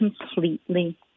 completely